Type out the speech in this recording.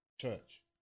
Church